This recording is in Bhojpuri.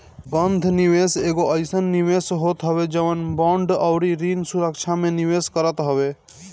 बंध निवेश एगो अइसन निवेश होत हवे जवन बांड अउरी ऋण सुरक्षा में निवेश करत हवे